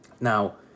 Now